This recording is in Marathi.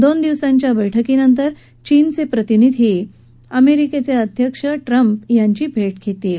दोन दिवसांच्या बैठकीनंतर चीन प्रतिनिधी अमेरिकेचे अध्यक्ष ट्रम्प यांची भेट घेतील